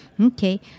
Okay